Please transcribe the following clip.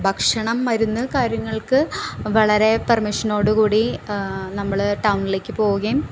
ഭക്ഷണം മരുന്ന് കാര്യങ്ങൾക്ക് വളരേ പെർമിഷനോടു കൂടി നമ്മൾ ടൗണിലേക്കു പോകുകയും